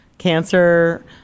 cancer